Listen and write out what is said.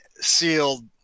sealed